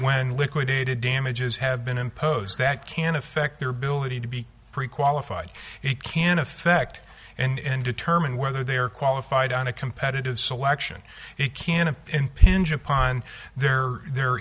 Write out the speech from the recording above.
when liquidated damages have been imposed that can affect their ability to be pre qualified it can affect and determine whether they are qualified on a competitive selection it can it impinge upon their their